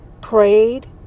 prayed